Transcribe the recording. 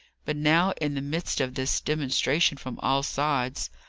but now, in the midst of this demonstration from all sides,